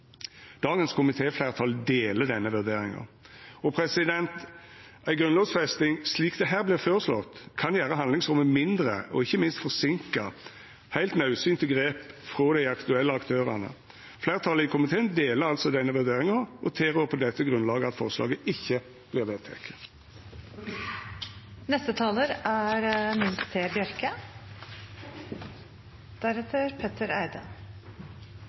Dagens komitéfleirtal deler denne vurderinga. Ei grunnlovfesting slik det her vert føreslått, kan gjera handlingsrommet mindre og ikkje minst forseinka heilt naudsynte grep frå dei aktuelle aktørane. Fleirtalet i komiteen deler altså denne vurderinga og tilrår på dette grunnlag at forslaget ikkje